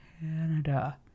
Canada